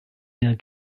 mehr